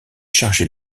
chargé